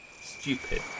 Stupid